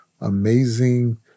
amazing